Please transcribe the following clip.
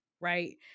Right